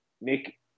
Nick